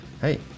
Hey